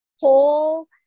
whole